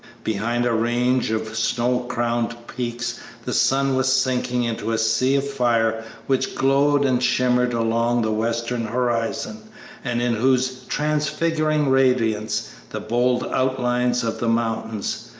behind a range of snow-crowned peaks the sun was sinking into a sea of fire which glowed and shimmered along the western horizon and in whose transfiguring radiance the bold outlines of the mountains,